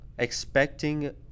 Expecting